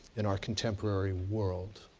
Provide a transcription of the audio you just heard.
in our contemporary world?